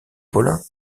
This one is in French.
paulin